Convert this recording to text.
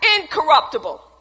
incorruptible